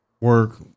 work